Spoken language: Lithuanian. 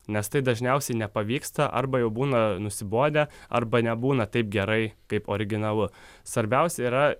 nes tai dažniausiai nepavyksta arba jau būna nusibodę arba nebūna taip gerai kaip originalu svarbiausia yra